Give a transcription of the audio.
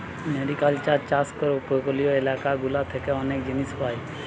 mariculture চাষ করে উপকূলীয় এলাকা গুলা থেকে অনেক জিনিস পায়